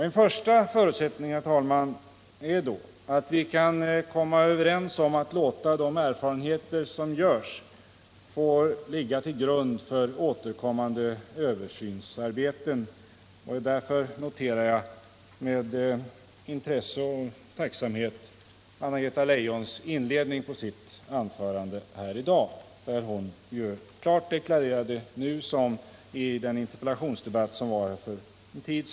En första förutsättning är då att vi kan komma överens om att låta de erfarenheter som görs ligga till grund för återkommande översynsarbeten. Därför noterar jag med intresse och tacksamhet vad Anna-Greta Leijon sade i inledningen på sitt anförande här i dag. Det visar att vi på denna punkt har samma uppfattning.